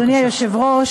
אדוני היושב-ראש,